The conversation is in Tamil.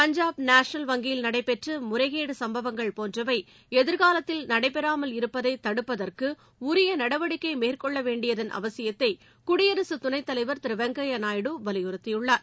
பஞ்சாப் நேஷனல் வங்கியில் நடைபெற்ற முறைகேடுகள் சம்பவங்கள் போன்றவை எதிர்காலத்தில் நடைபெறாமல் இருப்பதை தடுப்பதற்கு உரிய நடவடிக்கை மேற்கொள்ள வேண்டியதள் அவசியத்தை குடியரசுதுணைத்தலைவர் திரு வெங்கயா நாயுடு வலியுறுத்தியுள்ளார்